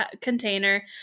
container